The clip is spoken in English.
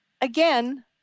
Again